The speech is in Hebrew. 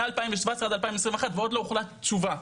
מ-2017 עד 2021 ועוד לא הוחלטה תשובה.